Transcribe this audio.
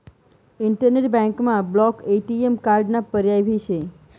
internet बँकमा block ATM कार्डाना पर्याय भी शे